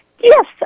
yes